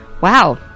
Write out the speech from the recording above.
wow